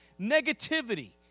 negativity